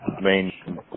main